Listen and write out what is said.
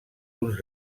uns